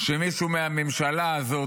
שמישהו מהממשלה הזו